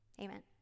Amen